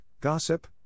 gossip